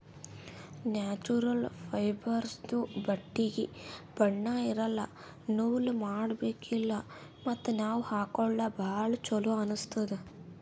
natural ಫೈಬರ್ಸ್ದು ಬಟ್ಟಿಗ್ ಬಣ್ಣಾ ಇರಲ್ಲ ನೂಲ್ ಮಾಡಬೇಕಿಲ್ಲ ಮತ್ತ್ ನಾವ್ ಹಾಕೊಳ್ಕ ಭಾಳ್ ಚೊಲೋ ಅನ್ನಸ್ತದ್